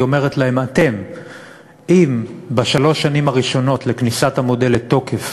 היא אומרת להם: אם בשלוש השנים הראשונות לכניסת המודל לתוקף